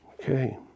Okay